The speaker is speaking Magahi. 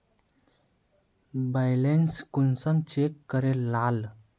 बैलेंस कुंसम चेक करे लाल?